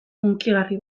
hunkigarri